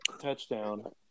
touchdown